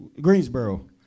Greensboro